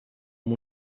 amb